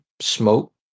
smoke